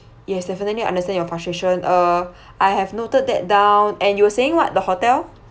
yes definitely understand your frustration uh I have noted that down and you were saying what the hotel